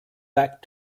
back